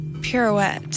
pirouette